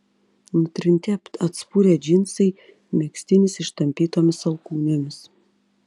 nutrinti apspurę džinsai megztinis ištampytomis alkūnėmis